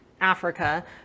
Africa